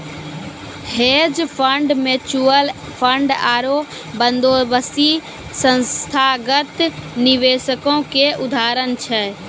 hedge fund, mutual fund आरु बंदोबस्ती संस्थागत निवेशको के उदाहरण छै